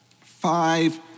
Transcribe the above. five